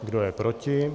Kdo je proti?